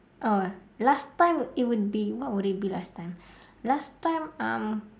oh last time it would be what would it be last time last time um